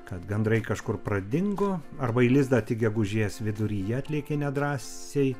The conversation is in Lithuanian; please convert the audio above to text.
kad gandrai kažkur pradingo arba į lizdą tik gegužės viduryje atlėkė nedrąsiai